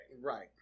right